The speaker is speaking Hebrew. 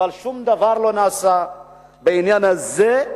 אבל לא נעשה שום דבר בעניין הזה.